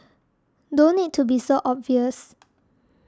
don't need to be so obvious